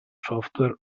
software